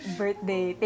birthday